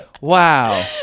wow